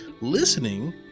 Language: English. Listening